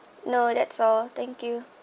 no that's all thank you